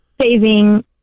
saving